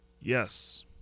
Yes